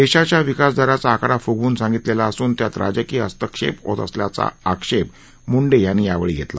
देशाच्या विकासदाराचा आकडा फुगवून सांगितलेला असून त्यात राजकीय हस्तक्षेप होत असल्याचा आक्षेप मुंडे यांनी यावेळी घेतला